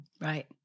Right